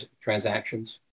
transactions